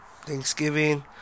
Thanksgiving